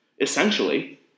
essentially